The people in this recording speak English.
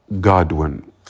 Godwin